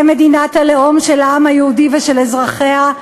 מדינת הלאום של העם היהודי ושל אזרחיה,